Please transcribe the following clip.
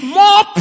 more